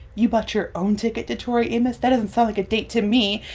you bought your own ticket to tori amos? that doesn't sound like a date to me.